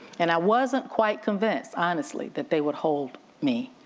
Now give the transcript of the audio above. and i wasn't quite convinced honestly, that they would hold me,